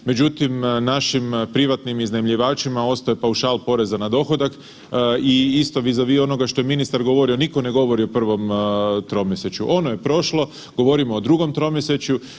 Međutim, našim privatnim iznajmljivačima ostaje paušal poreza na dohodak i isto bi viza vi onoga što je ministar govorio, niko ne govori o prvom tromjesečju, ono je prošlo, govorimo o drugom tromjesečju.